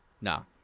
no